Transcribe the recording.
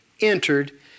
entered